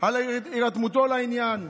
על הירתמותו לעניין,